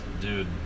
dude